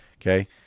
Okay